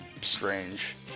Strange